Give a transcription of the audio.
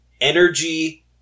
energy